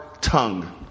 tongue